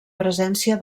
presència